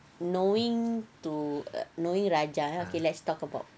knowing to knowing raja okay let's talk about